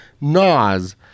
Nas